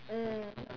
mm